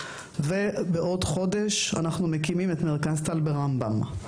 ובעוד חודש אנחנו מקימים את מרכז טל ב-׳רמב״ם׳,